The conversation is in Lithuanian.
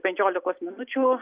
penkiolikos minučių